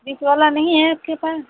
बीस वाला नहीं है आपके पास